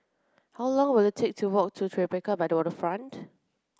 how long will it take to walk to Tribeca by the Waterfront